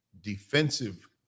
defensive